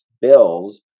bills